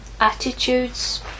attitudes